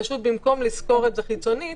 פשוט במקום לשכור את זה חיצונית,